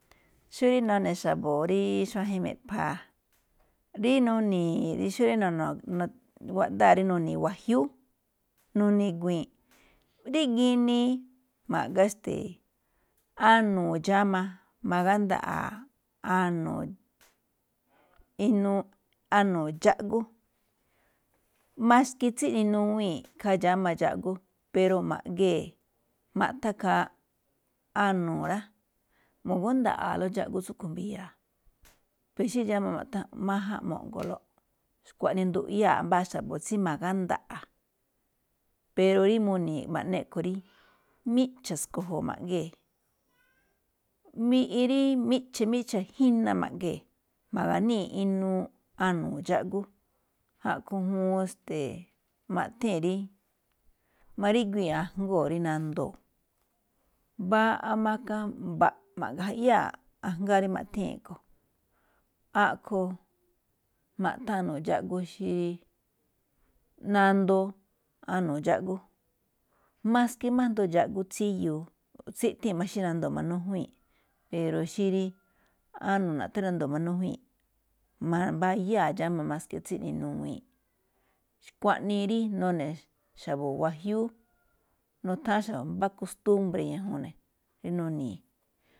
Xóo rí nune̱ xa̱bo̱ rí xuaje̱n rí me̱ꞌpha̱a̱, rí nuni̱i̱ xó rí guaꞌdáa̱ rí nuni̱i̱ wajiúú, nu̱ni̱guii̱nꞌ. Rí ginii ma̱ꞌga stee anu̱u̱ dxáma, ma̱gánda̱ꞌa̱a̱ inuu anu̱u̱ dxáꞌgú, maske tsíꞌne nuwii̱nꞌ ikhaa dxáma dxáꞌgú, pero ma̱ꞌgee̱ maꞌthán ikhaa anu̱u̱ rá. Mu̱gúnda̱a̱lóꞌ dxáꞌgú tsúꞌkhue̱n mbi̱ya̱a̱, pero xí dxáma maꞌthán májánꞌ mu̱ꞌgua̱lóꞌ, xkuaꞌnii nduꞌyáa̱ mbáa xa̱bo̱ tsí ma̱gánda̱ꞌa̱. Pero rí muni̱i̱ ma̱ꞌne a̱ꞌkhue̱n rí miꞌcha̱ sko̱jo̱o̱ ma̱ꞌgee̱, mbiꞌi rí miꞌcha̱, miꞌcha̱ jina ma̱ꞌgee̱, ma̱ga̱níi̱ inuu anu̱u̱ dxáꞌgú, a̱ꞌkhue̱n juun este̱e̱ꞌ maꞌthée̱n rí, maríguii̱ ajngóo̱ rí nandoo̱, mbaꞌa maka, mba̱ꞌ ma̱ꞌga jayáa̱ ajngáa rí maꞌthée̱n a̱ꞌkhue̱n. A̱ꞌkho̱n maꞌthán anu̱u̱ dxáꞌgú, xí nandoo anu̱u̱ dxáꞌgú, maske máꞌ asndo dxáꞌgú tsíyuu, tsíꞌthée̱n xí nandoo̱ manújuwíi̱nꞌ. pero xí rí anu̱u̱ naꞌthán rí nandoo̱ manújuwíi̱nꞌ, mbayáa̱ dxáma maske tsíꞌne nuwii̱nꞌ. Xkuaꞌnii rí nune̱ xa̱bo̱ wajiúú, nutháán xa̱bo̱ mbá kustúmbre̱ ñajuun ne̱ rí nuni̱i̱.